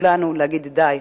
להגיד כולנו: די.